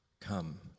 come